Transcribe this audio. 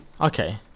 Okay